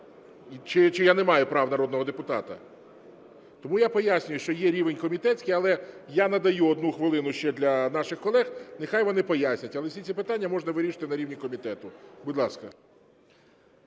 Чи я не маю прав народного депутата? Тому я пояснюю, що є рівень комітетський. Але я надаю одну хвилину ще для наших колег, нехай вони пояснять. Але всі ці питання можна вирішити на рівні комітету. Будь ласка.